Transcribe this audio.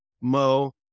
Mo